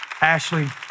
Ashley